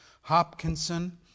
Hopkinson